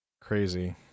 crazy